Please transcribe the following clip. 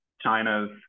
China's